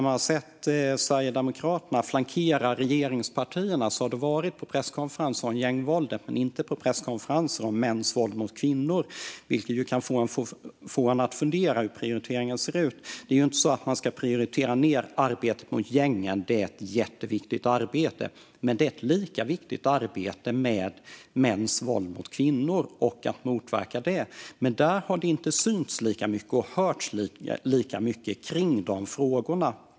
Man har sett Sverigedemokraterna flankera regeringspartierna på presskonferenser om gängvåldet men inte på presskonferenser om mäns våld mot kvinnor. Det kan få en att fundera över hur prioriteringen ser ut. Det är inte på det sättet att arbetet mot gängen ska prioriteras ned. Det är ett jätteviktigt arbete. Men arbetet mot mäns våld mot kvinnor och att motverka det våldet är lika viktigt. Men det har inte synts och hörts lika mycket om de frågorna.